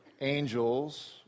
angels